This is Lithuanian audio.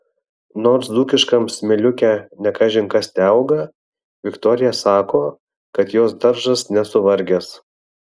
nors dzūkiškam smėliuke ne kažin kas teauga viktorija sako kad jos daržas nesuvargęs